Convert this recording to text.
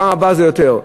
בפעם הבאה זה יותר.